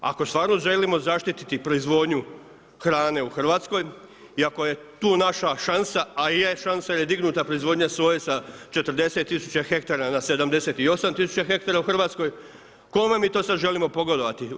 Ako stvarno želimo zaštititi proizvodnju hrane u Hrvatskoj i ako je tu naša šansa, a je šansa jer je dignuta proizvodnja soje sa 40000 hektara na 78000 hektara u Hrvatskoj kome mi to sad želimo pogodovati?